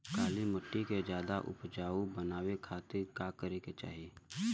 काली माटी के ज्यादा उपजाऊ बनावे खातिर का करे के चाही?